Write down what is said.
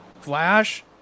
Flash